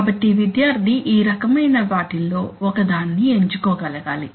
కాబట్టి విద్యార్థి ఈ రకమైన వాటిల్లో ఒకదాన్ని ఎంచుకోగలగాలి